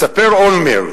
מספר אולמרט